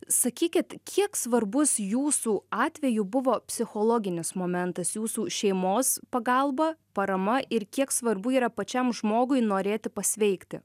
sakykit kiek svarbus jūsų atveju buvo psichologinis momentas jūsų šeimos pagalba parama ir kiek svarbu yra pačiam žmogui norėti pasveikti